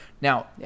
Now